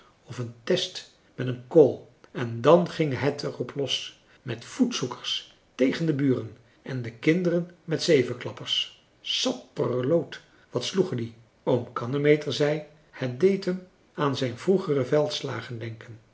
of een test met een kool en dan ging het er op los met voetzoekers tegen de buren en de kinderen met zevenklappers sapperloot wat sloegen die oom kannemeter zei het deed hem françois haverschmidt familie en kennissen aan zijn vroegere veldslagen denken